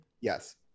Yes